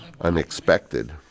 unexpected